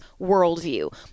worldview